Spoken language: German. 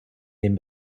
den